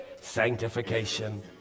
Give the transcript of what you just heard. sanctification